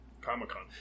Comic-Con